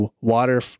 water